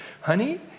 Honey